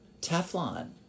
Teflon